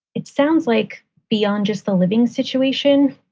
it sounds like beyond just the living situation.